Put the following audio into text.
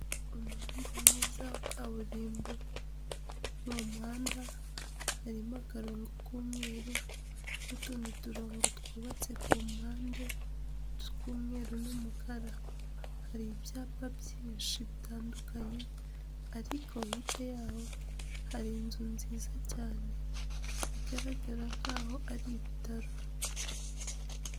Umuhanda mwiza wa kaburimbo mu muhanda harimo akarongo k'umweru n'utundi turongo twubatse ku mpande tw'umweru n'umukara, hari ibyapa byinshi bitandukanye, ariko hirya y'aho hari inzu nziza cyane bigaragara nk'aho ari ibitaro.